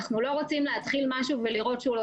אנחנו לא רוצים להתחיל משהו ולראות שהוא לא